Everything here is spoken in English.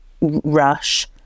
rush